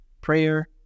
prayer